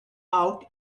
out